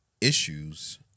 issues